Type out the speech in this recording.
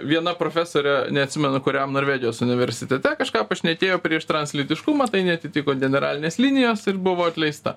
viena profesorė neatsimenu kuriam norvegijos universitete kažką pašnekėjo prieš trans lytiškumą tai neatitiko generalinės linijos ir buvo atleista